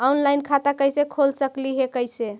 Online खाता कैसे खोल सकली हे कैसे?